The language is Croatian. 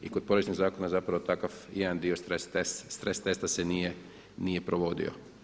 I kod poreznih zakona zapravo takav jedan dio stres testa se nije provodio.